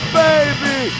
baby